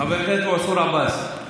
חבר הכנסת מנסור עבאס,